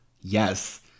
yes